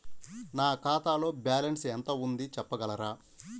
నా ఖాతాలో బ్యాలన్స్ ఎంత ఉంది చెప్పగలరా?